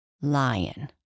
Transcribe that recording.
Lion